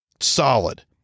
solid